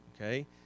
Okay